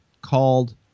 called